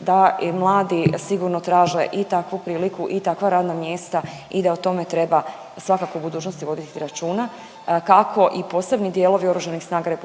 da mladi sigurno traže i takvu priliku i takva radna mjesta i da o tome treba svakako u budućnosti voditi računa kako i posebni dijelovi Oružanih snaga RH